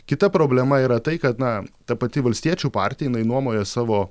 kita problema yra tai kad na ta pati valstiečių partija jinai nuomoja savo